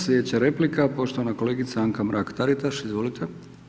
Sljedeća replika, poštovana kolegica Anka Mrak-Taritaš, izvolite.